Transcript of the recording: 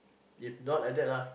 if not like that lah